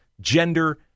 gender